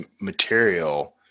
material